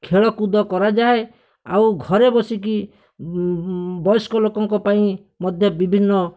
ଖେଳକୁଦ କରାଯାଏ ଆଉ ଘରେ ବସିକି ବୟସ୍କ ଲୋକଙ୍କ ପାଇଁ ମଧ୍ୟ ବିଭିନ୍ନ